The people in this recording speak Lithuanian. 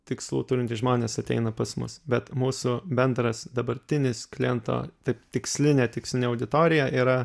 tikslų turintys žmonės ateina pas mus bet mūsų bendras dabartinis kliento taip tikslinė tikslinė auditorija yra